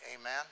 amen